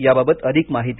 याबाबत अधिक माहिती